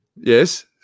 Yes